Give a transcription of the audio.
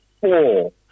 four